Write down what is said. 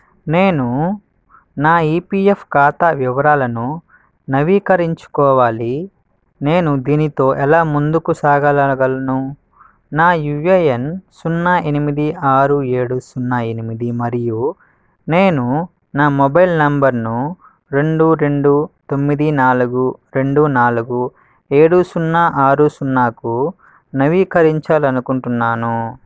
నేను నా ఈపీఎఫ్ ఖాతా వివరాలను నవీకరించుకోవాలి నేను దీనితో ఎలా ముందుకు సాగాలాలగలను నా యూఏఎన్ సున్నా ఎనిమిది ఆరు ఏడు సున్నా ఎనిమిది మరియు నేను నా మొబైల్ నంబర్ను రెండు రెండు తొమ్మిది నాలుగు రెండు నాలుగు ఏడు సున్నా ఆరు సున్నాకు నవీకరించాలనుకుంటున్నాను